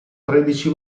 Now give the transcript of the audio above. tredici